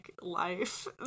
life